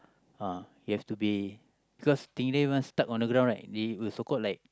uh you have to be cause stingray once stuck on the ground right they will so called like